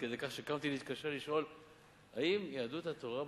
עד כדי כך שקמתי להתקשר לשאול האם יהדות התורה,